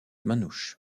manouche